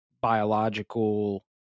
biological